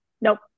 nope